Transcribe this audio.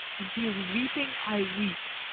when she is weeping, i weep.